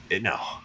no